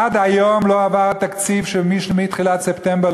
עד היום לא עבר התקציב, מתחילת ספטמבר,